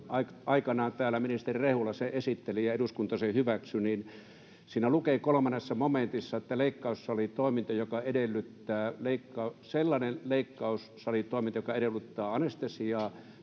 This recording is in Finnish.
aikanaan täällä ministeri Rehula esitteli ja eduskunta hyväksyi. Siinä lukee kolmannessa momentissa, että sellainen leikkaussalitoiminta, joka edellyttää anestesiaa,